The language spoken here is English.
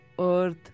earth